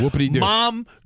mom